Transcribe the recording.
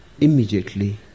immediately